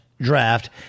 draft